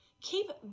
keep